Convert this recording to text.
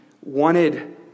wanted